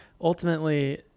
ultimately